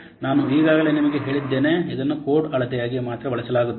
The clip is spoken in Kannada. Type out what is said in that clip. ಆದ್ದರಿಂದ ನಾನು ಈಗಾಗಲೇ ನಿಮಗೆ ಹೇಳಿದ್ದೇನೆ ಇದನ್ನು ಕೋಡ್ ಅಳತೆಯಾಗಿ ಮಾತ್ರ ಬಳಸಲಾಗುತ್ತದೆ